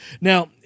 now